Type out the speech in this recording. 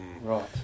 Right